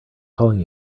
calling